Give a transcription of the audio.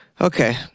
Okay